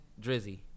Drizzy